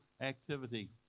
activity